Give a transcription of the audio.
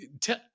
tell